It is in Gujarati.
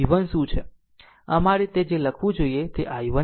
આમ આ રીતે જે લખવું જોઈએ તે i1 છે